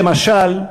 למשל,